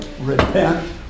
Repent